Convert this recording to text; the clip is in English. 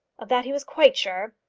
of that he was quite sure.